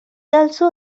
also